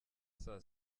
saa